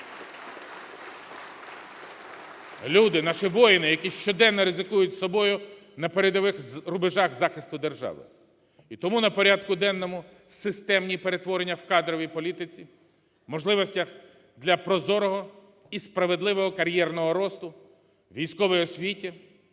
Люди, наші воїни, які щоденно ризикують собою на передових рубежах захисту держави. І тому на порядку денному системні перетворення в кадровій політиці, можливостях для прозорого і справедливого кар'єрного росту, військовій освіті,